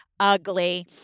Ugly